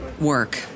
work